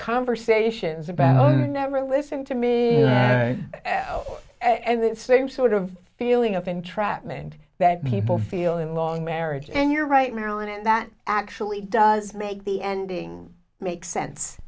conversations about oh never listen to me and that same sort of feeling of entrapment that people feel in a long marriage and you're right marilyn and that actually does make the ending makes sense